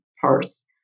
parse